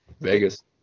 Vegas